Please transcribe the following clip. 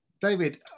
David